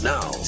Now